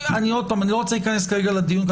אני לא רוצה להיכנס לדיון,